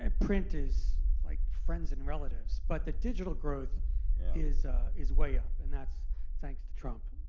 and print is like friends and relatives. but the digital growth is is way up. and that's thanks to trump.